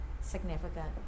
Significant